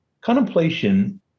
contemplation